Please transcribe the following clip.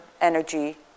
energy